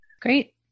Great